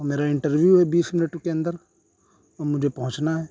او میرا انٹرویو ہے بیس منٹ کے اندر او مجھے پہنچنا ہے